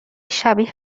شبیه